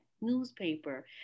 newspaper